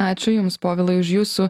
ačiū jums povilai už jūsų